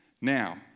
Now